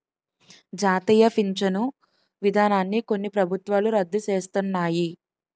జాతీయ పించను విధానాన్ని కొన్ని ప్రభుత్వాలు రద్దు సేస్తన్నాయి